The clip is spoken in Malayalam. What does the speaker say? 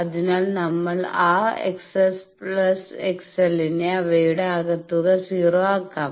അതിനാൽ നമുക്ക് ആ X S പ്ലസ് XL നെ അവയുടെ ആകത്തുക 0 ആക്കാം